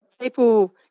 People